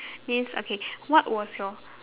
means okay what was your